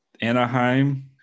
Anaheim